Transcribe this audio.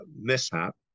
mishap